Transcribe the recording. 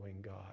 God